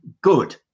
good